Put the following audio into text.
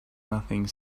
nothing